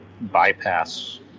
bypass